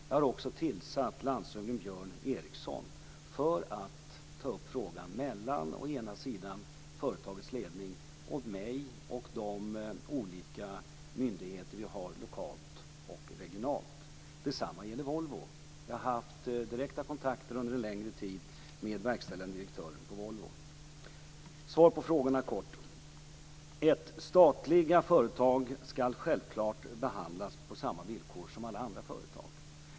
Jag har också tillsatt landshövding Björn Eriksson för att ta upp frågan mellan å ena sidan företagets ledning och å andra sidan mig och de olika myndigheter som vi har lokalt och regionalt. Detsamma gäller Volvo. Jag har under en längre tid haft direkta kontakter med verkställande direktören på Volvo. Som svar på de frågor som ställts vill jag helt kort säga följande: · Statliga företag skall självklart behandlas på samma villkor som alla andra företag.